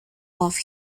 off